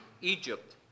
Egypt